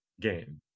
game